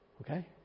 Okay